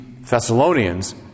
Thessalonians